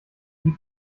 die